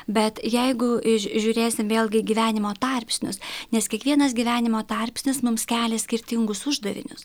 bet jeigu žiūrėsim vėlgi gyvenimo tarpsnius nes kiekvienas gyvenimo tarpsnis mums kelia skirtingus uždavinius